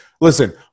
Listen